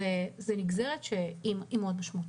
זאת נגזרת שהיא מאוד משמעותית.